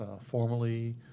formally